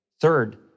Third